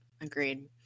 agreed